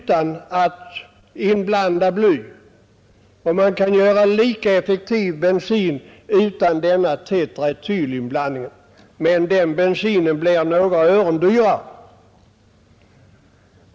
Man kan emellertid framställa lika effektiv bensin utan denna tetraetylinblandning, men den bensinen blir några ören dyrare.